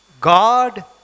God